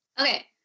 okay